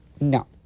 No